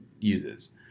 uses